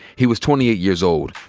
he was twenty eight years old,